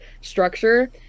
structure